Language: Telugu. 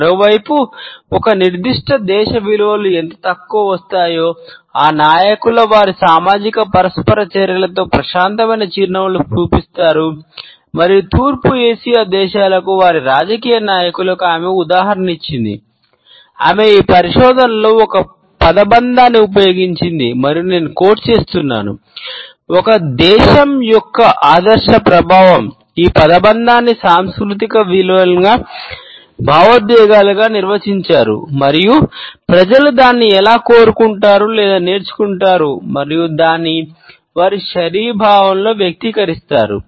మరోవైపు ఒక నిర్దిష్ట దేశ విలువలు ఎంత ఎక్కువ వస్తాయో ఆ నాయకులు వారి సామాజిక పరస్పర చర్యలలో ప్రశాంతమైన చిరునవ్వులను చూపిస్తారు మరియు తూర్పు ఆసియా సాంస్కృతికంగా విలువైన భావోద్వేగాలుగా నిర్వచించారు మరియు ప్రజలు దానిని ఎలా కోరుకుంటారు లేదా నేర్చుకుంటారు మరియు దానిని వారి శరీర భాషలో వ్యక్తీకరిస్తారు